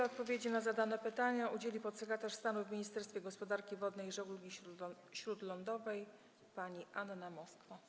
Odpowiedzi na zadane pytania udzieli podsekretarz stanu w Ministerstwie Gospodarki Morskiej i Żeglugi Śródlądowej pani Anna Moskwa.